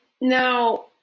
now